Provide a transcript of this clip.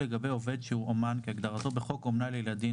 לגבי עובד שהוא אומן כהגדרתו בחוק אומנה לילדים,